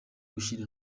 gushyira